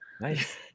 Nice